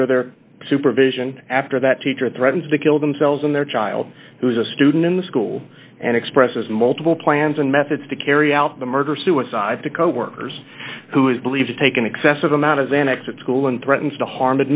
under their supervision after that teacher threatens to kill themselves and their child who is a student in the school and expresses multiple plans and methods to carry out the murder suicide to coworkers who is believed to take an excessive amount of xanax at school and threatens to harm